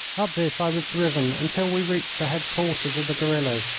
up this i was driven until we reached the headquarters of the guerillas,